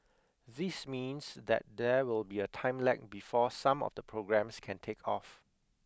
this means that there will be a time lag before some of the programmes can take off